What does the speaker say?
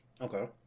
Okay